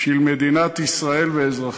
בשביל מדינת ישראל ואזרחיה.